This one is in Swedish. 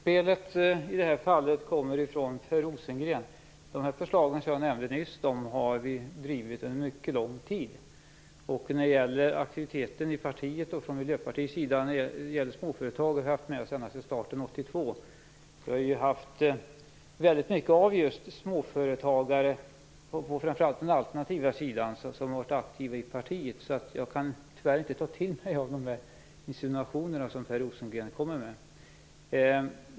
Fru talman! Gyckelspelet kommer i det här fallet från Per Rosengren. De förslag som jag nämnde nyss har vi drivit under mycket lång tid. Vi i Miljöpartiet har varit aktiva när det gäller småföretagen ända sedan starten 1982. Vi har haft väldigt många småföretagare, framför allt på den alternativa sidan, som har varit aktiva i partiet. Jag kan därför inte ta till mig de insinuationer som Per Rosengren kommer med.